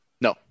No